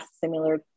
similar